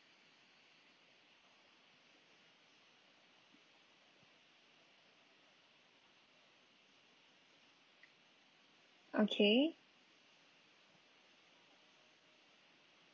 okay